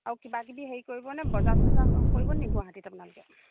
আৰু কিবা কিবি হেৰি কৰিবনে বজাৰ চজাৰ কৰিবনি গুৱাহাটীত আপোনালোকে